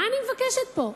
מה אני מבקשת פה?